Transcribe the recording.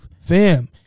Fam